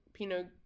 Pinot